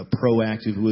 proactive